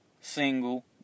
single